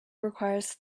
requires